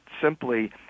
simply